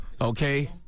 Okay